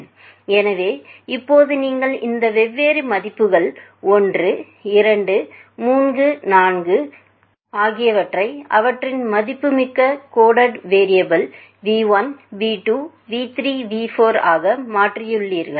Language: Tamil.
எனவே இப்போது நீங்கள் இந்த வெவ்வேறு மதிப்புகள் 1 2 3 4 ஆகியவற்றை அவற்றின் மதிப்புமிக்க coded variable v1 v2 v3 v4 ஆக மாற்றியுள்ளீர்கள்